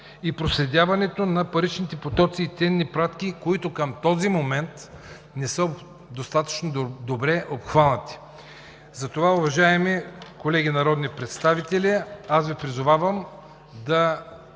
и проследяването на паричните потоци и ценни пратки, които към този момент не са достатъчно добре обхванати. Уважаеми колеги народни представители, затова Ви призовавам да